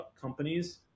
companies